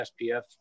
SPF